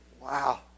Wow